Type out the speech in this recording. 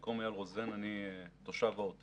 לי קוראים אייל רוזן, אני תושב העוטף.